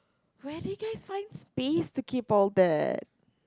where did you guys find space to keep all that